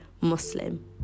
Muslim